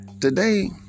Today